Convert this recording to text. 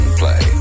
play